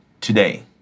today